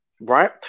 right